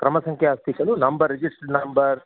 क्रमसङ्ख्या अस्ति खलु number registered number